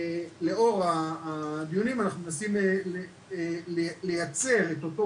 לאור הדיונים אנחנו מנסים לייצר את אותו